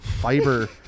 fiber